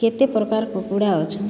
କେତେ ପ୍ରକାର କୁକୁଡ଼ା ଅଛନ୍